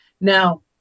Now